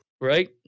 Right